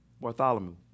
Bartholomew